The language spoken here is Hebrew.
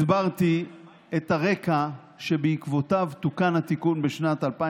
הסברתי את הרקע שבעקבותיו תוקן התיקון בשנת 2005